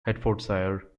hertfordshire